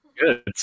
Good